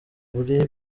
uri